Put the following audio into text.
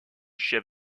chef